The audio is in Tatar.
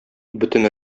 бөтен